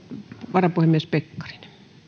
varapuhemies pekkarinen